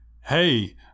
hey